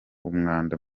umwanda